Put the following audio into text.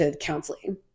counseling